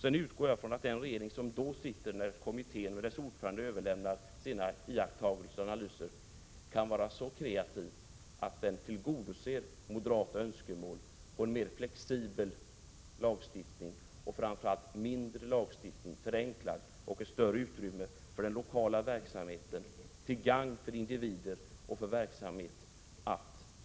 Jag utgår från att den regering som sitter när kommittén och dess ordförande överlämnar sina iakttagelser och analyser kan vara så kreativ att den tillgodoser moderata önskemål om en mer flexibel lagstiftning och framför allt en mer begränsad och förenklad lagstiftning, med större utrymme för lokala önskemål, till gagn för individer och för verksamhet.